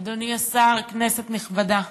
אדוני השר, כנסת נכבדה,